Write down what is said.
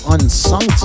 Unsung